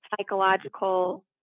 psychological